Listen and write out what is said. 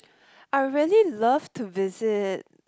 I really love to visit